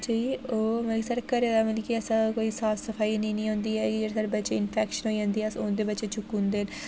ठीक ऐ ओह् मतलब कि साढ़े घरै दा मतलब ऐसा कोई साफ सफाई निं होंदी ऐ जेह्ड़े साढ़े बच्चे ई इंफेक्शन होई जंदी ऐ अस उं'दे बच्चे चुक्कूं दे